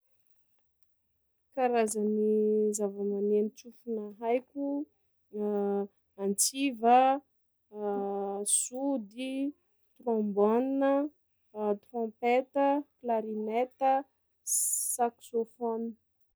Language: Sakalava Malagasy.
Karazagny zava-maneno tsofina haiko: antsiva, sody, trombone, trompette, clarinette, ss- saxophone.